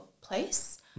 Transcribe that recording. place